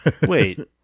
Wait